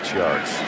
yards